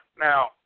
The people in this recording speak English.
Now